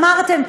אמרתם: